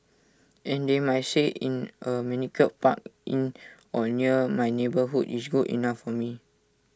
and they might say in A manicured park in or near my neighbourhood is good enough for me